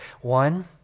One